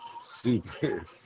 super